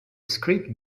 script